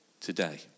today